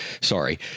sorry